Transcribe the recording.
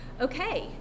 okay